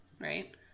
right